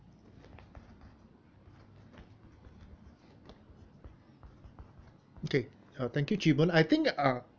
okay uh thank you chee boon I think uh